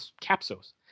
capsules